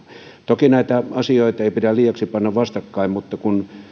toki näitä asioita ei pidä liiaksi panna vastakkain mutta kun